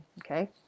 okay